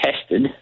tested